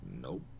nope